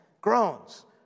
Groans